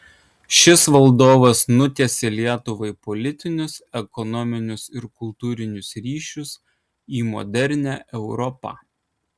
šis valdovas nutiesė lietuvai politinius ekonominius ir kultūrinius ryšius į modernią europą